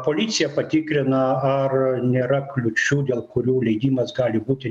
policija patikrina ar nėra kliūčių dėl kurių leidimas gali būti